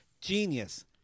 Genius